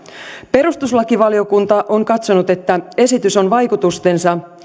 perustuslakivaliokunta on katsonut että esitys on vaikutusten